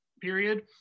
Period